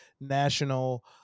national